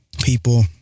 people